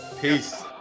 peace